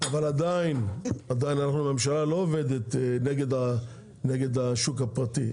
אבל עדיין אנחנו כממשלה לא עובדים נגד השוק הפרטי.